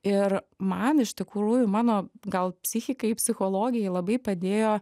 ir man iš tikrųjų mano gal psichikai psichologijai labai padėjo